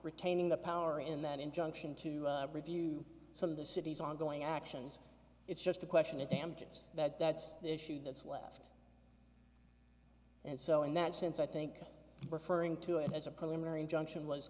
retaining the power in that injunction to review some of the city's ongoing actions it's just a question of damages that that's the issue that's left and so in that sense i think referring to it as a preliminary injunction was